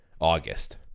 August